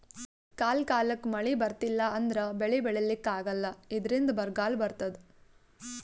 ಕಾಲ್ ಕಾಲಕ್ಕ್ ಮಳಿ ಬರ್ಲಿಲ್ಲ ಅಂದ್ರ ಬೆಳಿ ಬೆಳಿಲಿಕ್ಕ್ ಆಗಲ್ಲ ಇದ್ರಿಂದ್ ಬರ್ಗಾಲ್ ಬರ್ತದ್